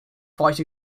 fight